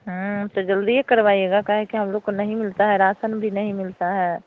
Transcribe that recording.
तो जल्दी ही करवाइएगा काहे कि हम लोग को नहीं मिलता है रासन भी नहीं मिलता है